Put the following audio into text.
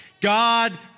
God